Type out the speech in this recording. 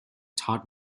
todd